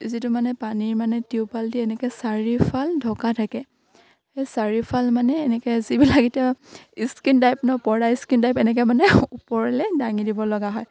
যিটো মানে পানীৰ মানে টিউবৱাল দি এনেকে চাৰিফাল ঢকা থাকে সেই চাৰিফাল মানে এনেকে যিবিলাক এতিয়া স্কিন টাইপ স্কিন টাইপ এনেকে মানে ওপৰলে দাঙি দিব লগা হয়